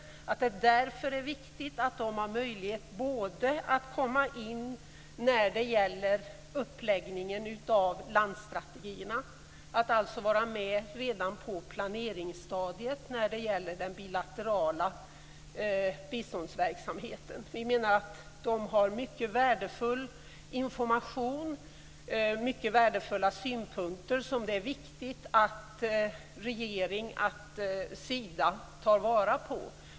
Därför är det viktigt att de har möjlighet att komma in när det gäller uppläggningen av landsstrategierna, dvs. att vara med redan på planeringsstadiet i den bilaterala biståndsverksamheten. De har mycket värdefull information och många värdefulla synpunkter som det är viktigt att regeringen och Sida tar vara på.